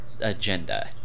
agenda